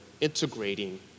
integrating